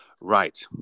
Right